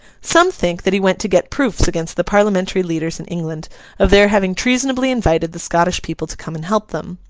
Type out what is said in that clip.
some think that he went to get proofs against the parliamentary leaders in england of their having treasonably invited the scottish people to come and help them.